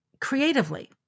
creatively